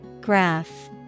Graph